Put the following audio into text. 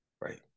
right